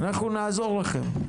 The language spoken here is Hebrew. אנחנו נעזור לכם.